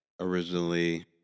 originally